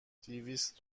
دویست